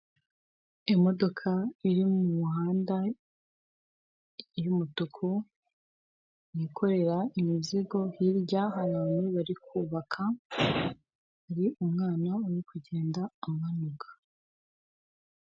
Imodoka iri mu muhanda y'umutuku, yikorera imizigo, hirya harya hari abantu bari kubaka, hari umwana uri kugenda amanuka.